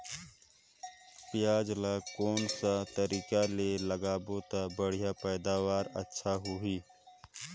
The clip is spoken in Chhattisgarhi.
पियाज ला कोन सा तरीका ले लगाबो ता बढ़िया पैदावार अच्छा होही?